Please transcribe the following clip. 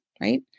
right